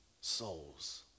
souls